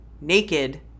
naked